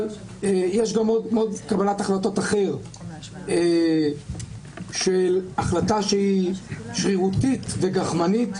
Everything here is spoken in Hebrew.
אבל יש גם מוד קבלת החלטות אחר של החלטה שהיא שרירותית וגחמנית.